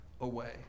away